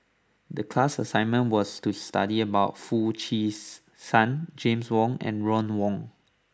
the class assignment was to study about Foo Cheese San James Wong and Ron Wong